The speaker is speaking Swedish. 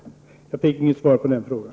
Jag fick inget svar på den frågan.